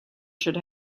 should